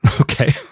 Okay